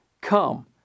Come